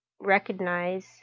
recognize